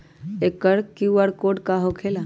एकर QR code का होकेला?